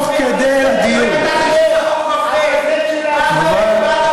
לא ידעתם שזה חוק מפלה?